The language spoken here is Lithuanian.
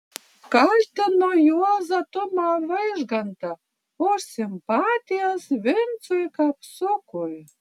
kaltino juozą tumą vaižgantą už simpatijas vincui kapsukui